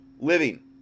living